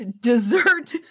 dessert